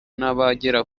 n’abagera